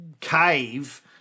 cave